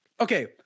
okay